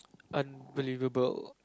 unbelievable